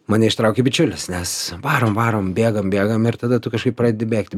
mane ištraukė bičiulis nes varom varom bėgam bėgam ir tada tu kažkaip pradedi bėgti